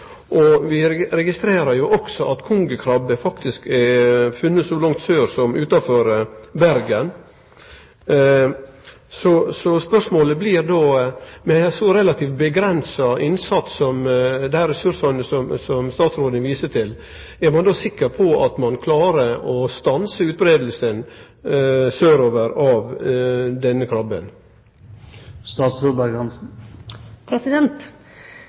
registrerer jo at det faktisk er funne kongekrabbe så langt sør som utanfor Bergen. Spørsmålet blir då: Med ein så avgrensa innsats – med dei ressursane som statsråden viser til – er ein då sikker på at ein klarar å stanse utbreiinga sørover av denne krabben? Er det noe jeg i hvert fall er